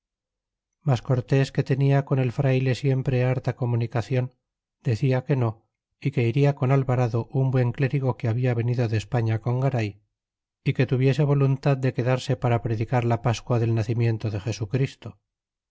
mas cortés que tenia con el frayle siempre harta comunicacion decia que no y que ida con alvarado un buen clérigo que habia venido de españa con garay é que tuviese voluntad de quedarse para predicar la pascua del nacimiento de jesu christo